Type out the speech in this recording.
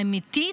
האמיתית,